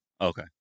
Okay